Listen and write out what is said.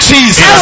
Jesus